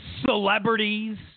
celebrities